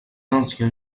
ancien